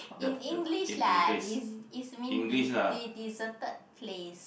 in English lah this is mean de~ deserted place